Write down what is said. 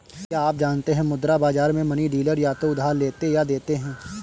क्या आप जानते है मुद्रा बाज़ार में मनी डीलर या तो उधार लेते या देते है?